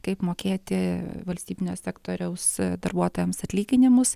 kaip mokėti valstybinio sektoriaus darbuotojams atlyginimus